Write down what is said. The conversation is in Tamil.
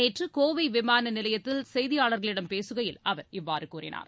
நேற்று கோவை விமான நிலையத்தில் செய்தியாளர்களிடம் பேசுகையில் அவர் இவ்வாறு கூறினார்